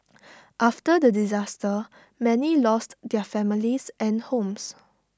after the disaster many lost their families and homes